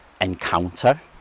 encounter